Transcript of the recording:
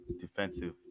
defensive